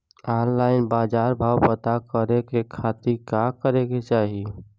Online बाजार भाव पता करे के खाती का करे के चाही?